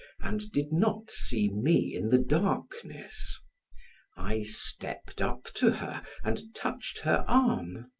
and did not see me in the darkness i stepped up to her and touched her arm.